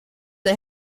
der